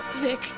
Vic